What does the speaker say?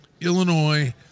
Illinois